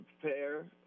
prepare